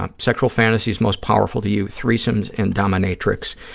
um sexual fantasies most powerful to you, threesomes and dominatrix.